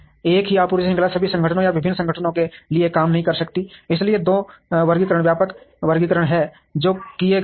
एक ही आपूर्ति श्रृंखला सभी संगठनों या विभिन्न संगठनों के लिए काम नहीं कर सकती है इसलिए दो वर्गीकरण व्यापक वर्गीकरण हैं जो किए गए हैं